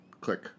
Click